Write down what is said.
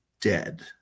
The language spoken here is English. dead